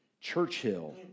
Churchill